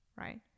right